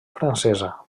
francesa